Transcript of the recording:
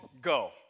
go